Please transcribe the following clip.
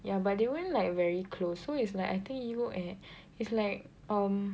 ya but they weren't like very close so it's like I think you know eh it's like um